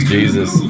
Jesus